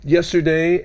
Yesterday